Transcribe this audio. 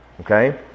Okay